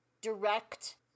direct